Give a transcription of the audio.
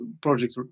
project